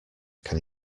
can